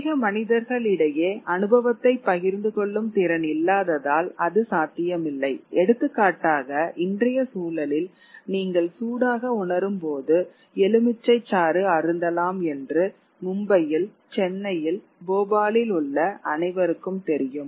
அதிக மனிதர்களிடையே அனுபவத்தைப் பகிர்ந்து கொள்ளும் திறன் இல்லாததால் அது சாத்தியமில்லை எடுத்துக்காட்டாக இன்றைய சூழலில் நீங்கள் சூடாக உணரும்போது எலுமிச்சை சாறு அருந்தலாம் என்று மும்பையில் சென்னையில் போபாலில் உள்ள அனைவருக்கும் தெரியும்